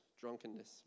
drunkenness